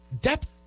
depth